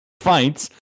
fights